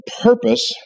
purpose